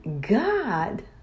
God